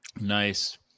nice